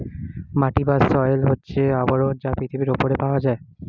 মাটি বা সয়েল হচ্ছে আবরণ যা পৃথিবীর উপরে পাওয়া যায়